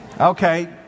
Okay